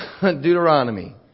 Deuteronomy